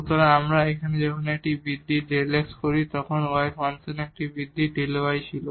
সুতরাং এখানে যখন আমরা একটি বৃদ্ধি Δ x করি তখন y ফাংশনে একটি বৃদ্ধি Δ y ছিল